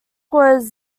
was